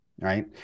Right